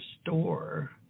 store